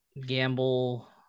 gamble